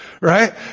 Right